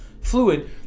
fluid